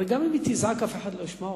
הרי גם אם היא תזעק אף אחד לא ישמע אותה.